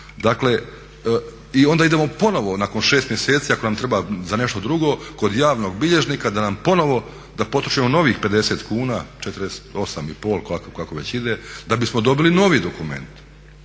kome. I onda idemo ponovo nakon 6 mjeseci ako nam treba za nešto drugo kod javnog bilježnika da potrošimo novih 50 kuna, 48,50 kako već ide, da bismo dobili novi dokument.